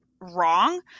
wrong